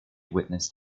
witnessed